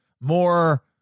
more